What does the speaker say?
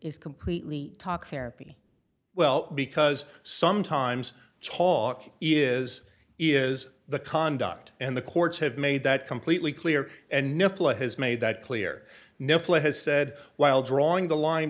is completely talk therapy well because sometimes talking is is the conduct and the courts have made that completely clear and no fly has made that clear mifflin has said while drawing the line